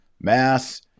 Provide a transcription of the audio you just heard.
Mass